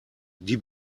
die